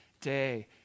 day